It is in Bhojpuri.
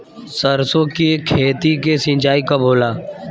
सरसों की खेती के सिंचाई कब होला?